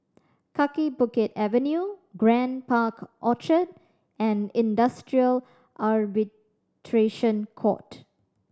Kaki Bukit Avenue Grand Park Orchard and Industrial Arbitration Court